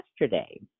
yesterday